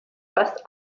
fast